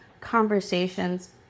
conversations